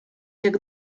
jak